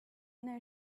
know